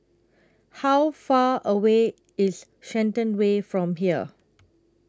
How Far away IS Shenton Way from here